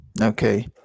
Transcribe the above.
Okay